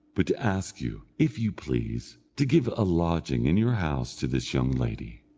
but to ask you, if you please, to give a lodging in your house to this young lady.